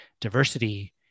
diversity